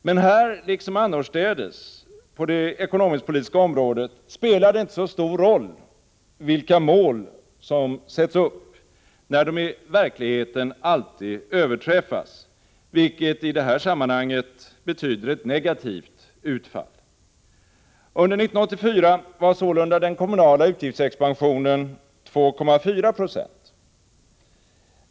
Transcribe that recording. Men här liksom annorstädes på det ekonomisk-politiska området spelar det inte så stor roll vilka mål som sätts upp, när de i verkligheten alltid överträffas, vilket i det här sammanhanget betyder ett negativt utfall. Under 1984 var sålunda den kommunala utgiftsexpansionen 2,4 Jo.